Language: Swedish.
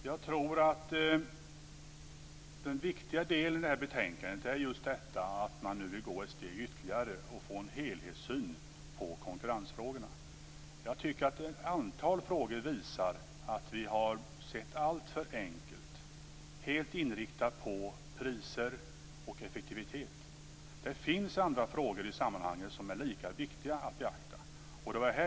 Fru talman! Det viktiga i betänkandet är att man nu vill gå ytterligare ett steg och åstadkomma en helhetssyn på konkurrensfrågorna. Ett antal frågor visar att vi har sett alltför enkelt på konkurrens och varit helt inriktade på priser och effektivitet. Det finns andra frågor i sammanhanget som är lika viktiga att beakta.